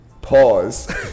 Pause